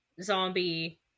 zombie